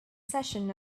session